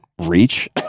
reach